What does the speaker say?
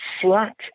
flat